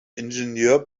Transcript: ingenieur